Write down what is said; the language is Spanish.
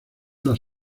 las